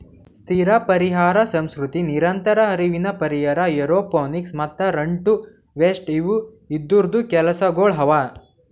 ಸ್ಥಿರ ಪರಿಹಾರ ಸಂಸ್ಕೃತಿ, ನಿರಂತರ ಹರಿವಿನ ಪರಿಹಾರ, ಏರೋಪೋನಿಕ್ಸ್ ಮತ್ತ ರನ್ ಟು ವೇಸ್ಟ್ ಇವು ಇದೂರ್ದು ಕೆಲಸಗೊಳ್ ಅವಾ